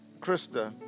Krista